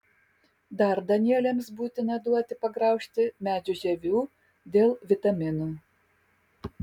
dar danieliams būtina duoti pagraužti medžių žievių dėl vitaminų